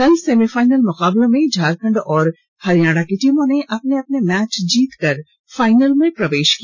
कल सेमीफाइनल मुकाबलों में झारखंड और हरियाणा की टीम ने अपने अपने मैच जीतकर फाइनल में प्रवेश किया